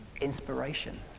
inspiration